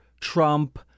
Trump